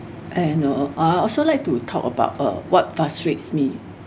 and uh I also like to talk about uh what frustrates me